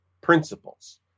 principles